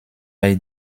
bei